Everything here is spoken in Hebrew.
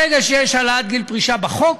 ברגע שיש העלאת גיל פרישה בחוק,